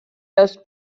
los